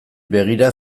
begira